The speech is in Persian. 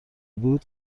بود